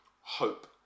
hope